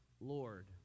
Lord